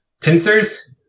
Pincers